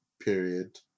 period